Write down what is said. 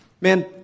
Man